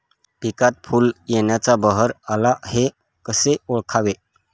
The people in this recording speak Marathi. पिकात फूल येण्याचा बहर आला हे कसे ओळखावे?